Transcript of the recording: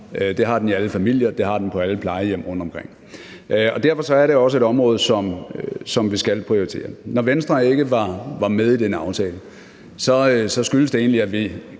Det har den i alle familier. Det har den på alle plejehjem rundtomkring. Derfor er det også et område, som vi skal prioritere. Når Venstre ikke var med i den aftale, skyldes det egentlig, at vi